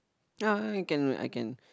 ya I can I can